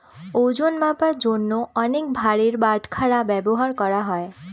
ওজন মাপার জন্য অনেক ভারের বাটখারা ব্যবহার করা হয়